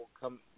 come